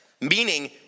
Meaning